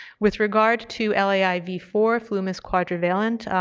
with regard to l a i v four, flumist quadrivalent,